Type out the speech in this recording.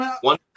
One